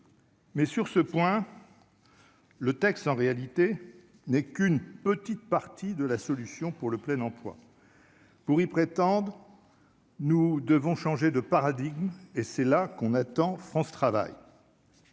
Mais sur ce point, le texte en réalité n'est qu'une petite partie de la solution pour le plein emploi pour y prétendent nous devons changer de paradigme et c'est là qu'on attend France travaille.